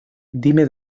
dime